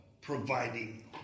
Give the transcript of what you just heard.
providing